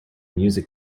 music